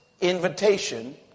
invitation